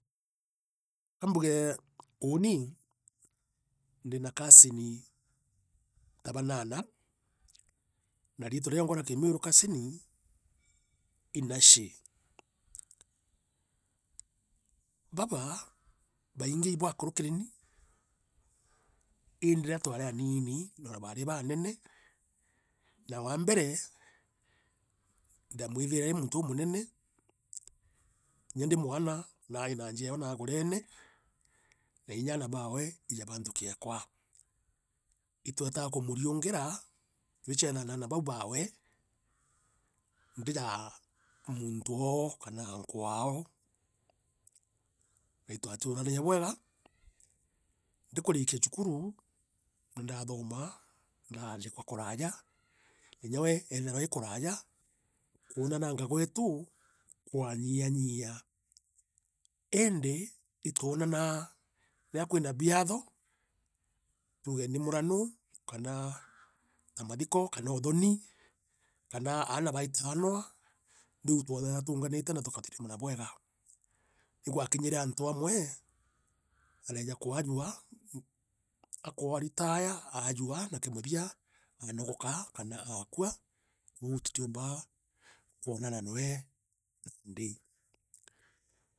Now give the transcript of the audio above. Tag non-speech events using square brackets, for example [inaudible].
Kambuge uuni, ndina cousin ta banaana, na riitwa rioongwa ria kimiiru cousin, ii nashe. [hesitation] Babaa, baingi ibo akuru kiri ni, indi riria twaari aniini, na baari baanene na waambere, ndaamwithiire ai muntu uumunene, kinya ndii mwana naari na njaa eewe naagurene. na inya aana baawe ija ba nthuki ekwa. Itwetaa kumuriungiira, twichethaa na aana bau baawe, ndija muuntu woo, kana ankoo wao na itwaturanagia bweega. Ndikurikia cukuru ndaathoma, ndaandikwa kuraaja, inya we eethirwa ee kuraaja, kwonananga gweetu, kwanyianyia [hesitation] iindi itwonanaa riria kwina biatho, tuuge ni murano kana ta mathiko, kana uthoni, kana aana baitaanwa riu itwethaira tuunganiite na tugatirimana bwega. Igwakinyire antu amwee, areeja kwajua, akuritaya aajua, na kimuthia aanogoka, kana aakua kwou tutiumbaa kwonana noe naandi.